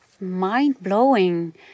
mind-blowing